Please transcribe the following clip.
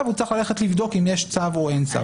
והוא צריך ללכת לבדוק אם יש צו או אין צו.